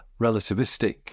relativistic